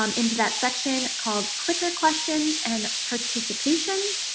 um into that section called clicker questions and participation.